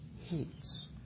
hates